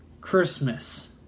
Christmas